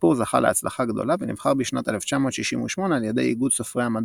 הסיפור זכה להצלחה גדולה ונבחר בשנת 1968 על ידי איגוד סופרי המדע